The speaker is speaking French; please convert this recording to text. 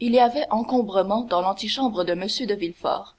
il y avait encombrement dans l'antichambre de m de villefort